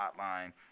Hotline